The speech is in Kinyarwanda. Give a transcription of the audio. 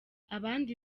abandi